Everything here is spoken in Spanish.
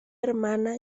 hermana